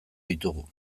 ditugu